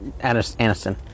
Aniston